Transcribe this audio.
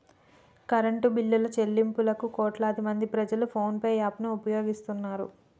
current బిల్లుల చెల్లింపులకు కోట్లాదిమంది ప్రజలు ఫోన్ పే యాప్ ను ఉపయోగిస్తున్నారు